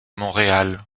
montréal